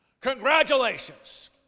Congratulations